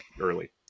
early